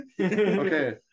Okay